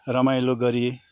रमाइलो गरी